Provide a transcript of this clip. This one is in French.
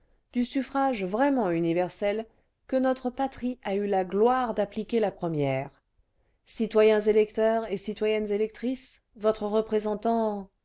du suffrage vraiment universel que notre patrie a eu la gloire d'appliquer la première citoyens électeurs et citoyennes électrices votre représentant